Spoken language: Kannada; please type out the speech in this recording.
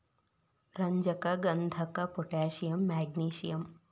ರಂಜಕ ಗಂಧಕ ಪೊಟ್ಯಾಷಿಯಂ ಮ್ಯಾಗ್ನಿಸಿಯಂ